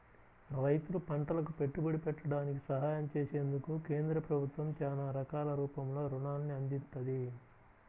రైతులు పంటలకు పెట్టుబడి పెట్టడానికి సహాయం చేసేందుకు కేంద్ర ప్రభుత్వం చానా రకాల రూపంలో రుణాల్ని అందిత్తంది